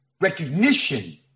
Recognition